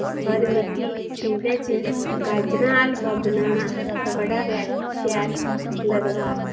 पर मिकी इन्दे च गाजरां हलवा बनाना बड़ा गै शैल लगदा